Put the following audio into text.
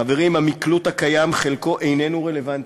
חברים, המקלוט הקיים, חלקו איננו רלוונטי.